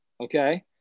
Okay